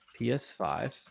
PS5